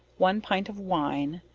one pint of wine,